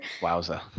Wowza